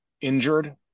injured